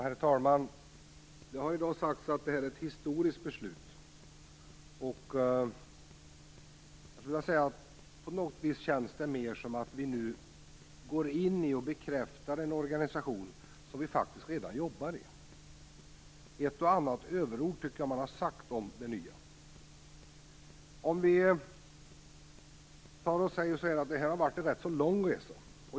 Herr talman! Det har sagts att detta är ett historiskt beslut. På något vis känns det mer som att vi nu går in i och bekräftar en organisation som vi faktiskt redan jobbar i. Jag tycker att man har sagt ett och annat överord om det nya. Det här har varit en ganska lång resa.